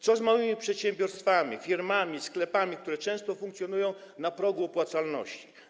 Co z małymi przedsiębiorstwami, firmami, sklepami, które często funkcjonują na progu opłacalności?